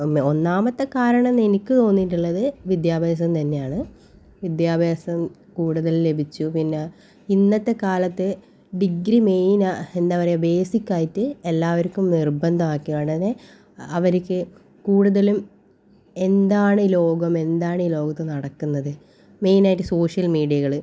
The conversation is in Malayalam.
ഒന്ന് ഒന്നാമത്തെ കാരണം എനിക്ക് തോന്നീട്ടുള്ളത് വിദ്യാഭ്യാസം തന്നെയാണ് വിദ്യാഭ്യാസം കൂടുതൽ ലഭിച്ചു പിന്ന ഇന്നത്തെ കാലത്തെ ഡിഗ്രി മെയിനാ എന്താ പറയാ ബേസിക്കായിട്ട് എല്ലാവർക്കും നിർബന്ധം ആക്കിയോണ്ടന്നെ അവർക്ക് കൂടുതലും എന്താണ് ഈ ലോകം എന്താണ് ഈ ലോകത്ത് നടക്കുന്നത് മെയിനായിട്ട് സോഷ്യൽ മീഡിയകൾ